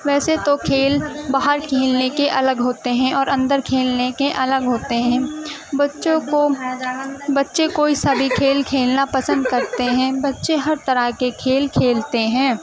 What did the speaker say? ویسے تو کھیل باہر کھیلنے کے الگ ہوتے ہیں اور اندر کھیلنے کے الگ ہوتے ہیں بچوں کو بچے کوئی سا بھی کھیل کھیلنا پسند کرتے ہیں بچے ہر طرح کے کھیل کھیلتے ہیں